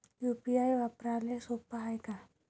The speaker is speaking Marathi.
यू.पी.आय वापराले सोप हाय का?